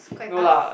no lah